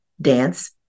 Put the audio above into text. dance